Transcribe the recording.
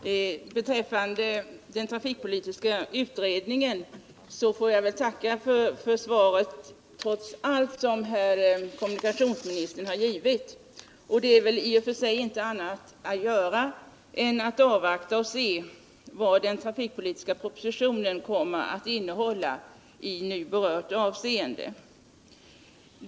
Herr talman! Beträffande den trafikpolitiska utredningen får jag trots allt tacka för det svar som kommunikationsministern har givit. Det är väl i och för sig inte annat att göra än att avvakta och se vad den trafikpolitiska propositionen kommer att innehålla i nu berört avseende.